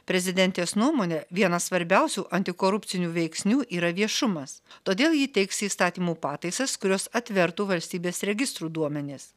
prezidentės nuomone vienas svarbiausių antikorupcinių veiksnių yra viešumas todėl ji teiks įstatymų pataisas kurios atvertų valstybės registrų duomenis